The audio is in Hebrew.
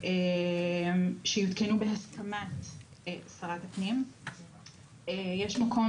שיותקנו בהסכמת שרת הפנים.יוטי יש מקום,